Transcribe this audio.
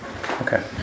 Okay